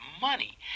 money